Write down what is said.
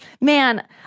man